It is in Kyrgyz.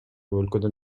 өлкөдөн